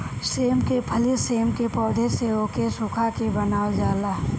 सेम के फली सेम के पौध से ओके सुखा के बनावल जाला